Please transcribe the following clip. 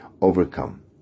overcome